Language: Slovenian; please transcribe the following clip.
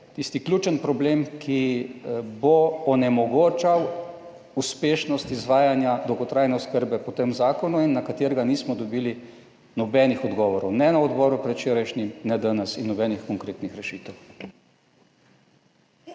tisti ključen problem, ki bo onemogočal uspešnost izvajanja dolgotrajne oskrbe po tem zakonu in na katerega nismo dobili nobenih odgovorov ne na odboru predvčerajšnjim, ne danes in nobenih konkretnih rešitev.